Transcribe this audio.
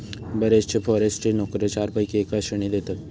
बरेचशे फॉरेस्ट्री नोकरे चारपैकी एका श्रेणीत येतत